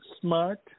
Smart